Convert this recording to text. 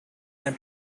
and